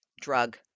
drug